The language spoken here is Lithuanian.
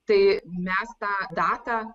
tai mes tą datą